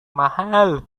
mahal